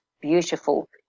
beautiful